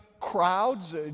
crowds